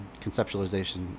conceptualization